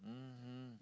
mmhmm